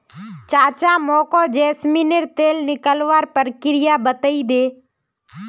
चाचा मोको जैस्मिनेर तेल निकलवार प्रक्रिया बतइ दे